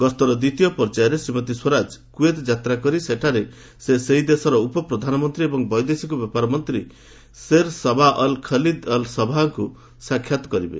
ଗସ୍ତର ଦ୍ୱିତୀୟ ପର୍ଯ୍ୟାୟରେ ଶ୍ରୀମତୀ ସ୍ୱରାଜ କୁଏତ୍ ଯାତ୍ରା କରି ସେଠାରେ ସେ ସେହି ଦେଶର ଉପପ୍ରଧାନମନ୍ତ୍ରୀ ଏବଂ ବୈଦେଶିକ ବ୍ୟାପାରମନ୍ତ୍ରୀ Sheikh Sabah al Khalid al ସବାହଙ୍କୁ ସାକ୍ଷାତ କରିବେ